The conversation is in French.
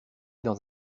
dans